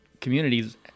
communities